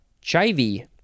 chivy